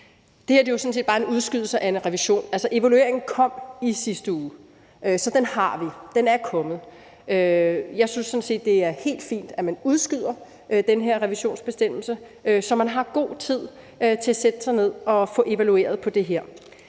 Det her er jo sådan set bare en udskydelse af en revision. Altså, evalueringen kom i sidste uge. Så den har vi; den er kommet. Jeg synes sådan set, at det er helt fint, at man udskyder den her revisionsbestemmelse, så man har god tid til at sætte sig ned og få evalueret på det her.